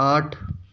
آٹھ